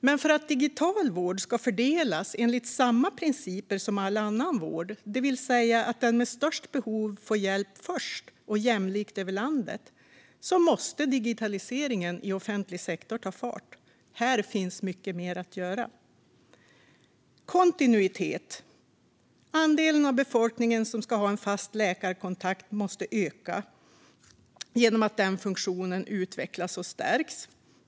Men för att digital vård ska fördelas enligt samma principer som all annan vård, det vill säga att de med störst behov får hjälp först och jämlikt över landet, måste digitaliseringen i offentlig sektor ta fart. Här finns mycket mer att göra. Jag vill säga något om kontinuitet. Andelen av befolkningen som har en fast läkarkontakt måste öka genom att den funktionen utvecklas och stärks.